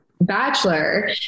Bachelor